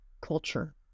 culture